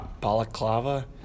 balaclava